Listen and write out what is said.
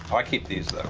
i keep these, though.